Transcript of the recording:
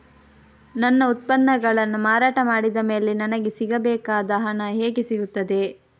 ನನ್ನ ಉತ್ಪನ್ನಗಳನ್ನು ಮಾರಾಟ ಮಾಡಿದ ಮೇಲೆ ನನಗೆ ಸಿಗಬೇಕಾದ ಹಣ ಹೇಗೆ ಸಿಗುತ್ತದೆ?